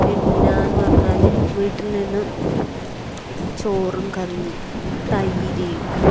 പിന്നാന്ന് പറഞ്ഞാല് വീട്ടില്നിന്നും ചോറും കറി തൈര്